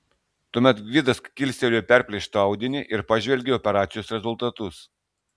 tuomet gvidas kilstelėjo perplėštą audinį ir pažvelgė į operacijos rezultatus